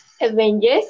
Avengers